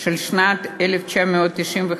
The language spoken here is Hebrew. של שנת 1995,